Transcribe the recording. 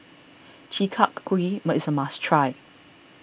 Chi Kak Kuih is a must try